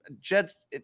Jets